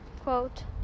quote